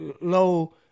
low